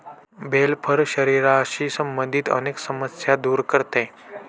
bell फळ शरीराशी संबंधित अनेक समस्या दूर करते